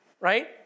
right